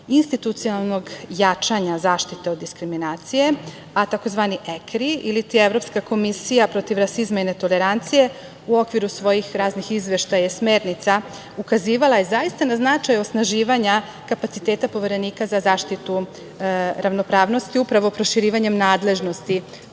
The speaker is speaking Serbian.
institucionalnog jačanja zaštite od diskriminacije, a tzv. EKRI ili ti Evropska komisija protiv rasizma i netolerancije, u okviru svojih raznih izveštaja i smernica ukazivala je zaista na značaj osnaživanja kapaciteta poverenika za zaštitu ravnopravnosti upravo proširivanjem nadležnosti